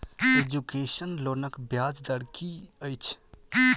Education लोनक ब्याज दर की अछि?